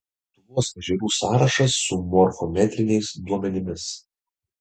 lietuvos ežerų sąrašas su morfometriniais duomenimis